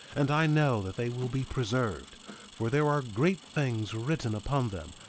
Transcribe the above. and i know that they will be preserved for there are great things written upon them,